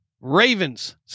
Ravens